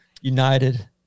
United